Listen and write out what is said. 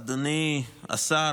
אדוני השר,